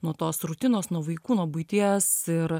nuo tos rutinos nuo vaikų nuo buities ir